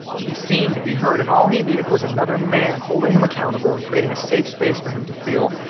to be seen, to be heard, and all he needed was another man holding him accountable and creating a safe space for him to feel,